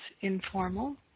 informal